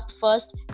first